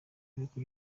ibihugu